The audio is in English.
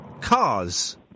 Cars